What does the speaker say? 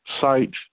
sites